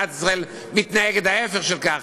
מדינת ישראל מתנהגת ההפך מכך,